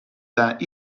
that